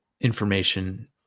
information